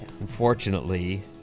Unfortunately